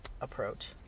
approach